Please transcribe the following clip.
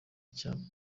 cya